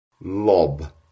lob